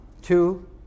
two